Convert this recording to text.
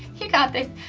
you got this.